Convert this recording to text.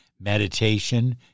meditation